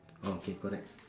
okay correct